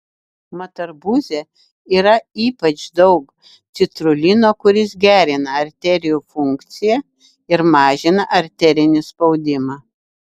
mat arbūze yra ypač daug citrulino kuris gerina arterijų funkciją ir mažina arterinį spaudimą